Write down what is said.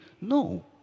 No